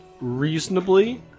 reasonably